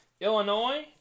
Illinois